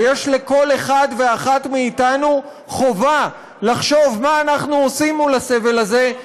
ויש לכל אחד ואחת מאתנו חובה לחשוב מה אנחנו עושים מול הסבל הזה,